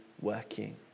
working